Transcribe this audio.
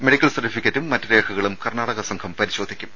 medical സർടിഫിക്കറ്റും മറ്റു രേഖകളും കർണാടക സംഘം പരിശോധിക്കും